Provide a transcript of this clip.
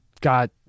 got